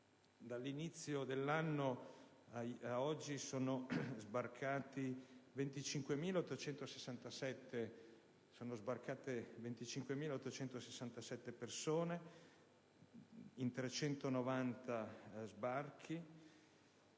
Dall'inizio dell'anno a oggi sono sbarcate 25.867 persone, in 390 sbarchi,